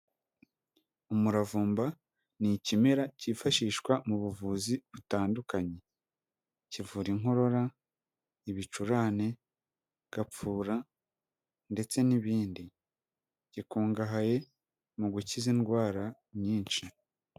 Umuravumba ni ikimera cyifashishwa mu buvuzi butandukanye, kivura inkorora, ibicurane gapfura, ndetse n'ibindi, gikungahaye mu gukiza indwara nyinshi.